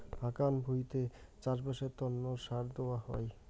হাকান ভুঁইতে চাষবাসের তন্ন সার দেওয়া হই